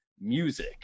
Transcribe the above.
music